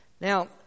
Now